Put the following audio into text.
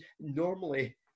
normally